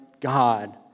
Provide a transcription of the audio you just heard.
God